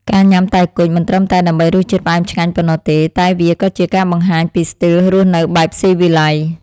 ការញ៉ាំតែគុជមិនត្រឹមតែដើម្បីរសជាតិផ្អែមឆ្ងាញ់ប៉ុណ្ណោះទេតែវាក៏ជាការបង្ហាញពីស្ទីលរស់នៅបែបស៊ីវិល័យ។